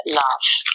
love